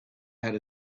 had